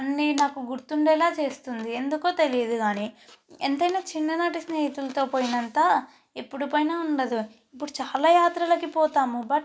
అన్నీ నాకు గుర్తుండేలా చేస్తుంది ఎందుకో తెలీదు కానీ ఎంతైనా చిన్ననాటి స్నేహితులతో పోయినంత ఎప్పుడు పోయినా ఉండదు ఇప్పుడు చాలా యాత్రలకి పోతాము బట్